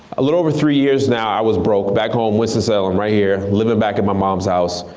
a little over three years now, i was broke, back home, winston, salem right here, livin' back at my mom's house.